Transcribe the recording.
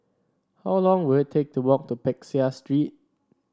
how long will it take to walk to Peck Seah Street